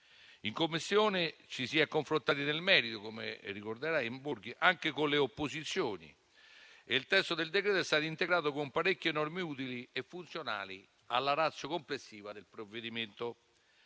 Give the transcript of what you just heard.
In Commissione ci si è confrontati nel merito - come ricorderà Borghi - anche con le opposizioni e il testo del decreto è stato integrato con parecchie norme utili e funzionali alla *ratio* complessiva del provvedimento.